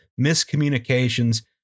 miscommunications